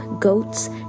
goats